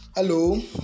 Hello